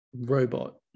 robot